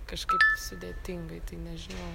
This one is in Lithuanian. kažkaip sudėtingai tai nežinau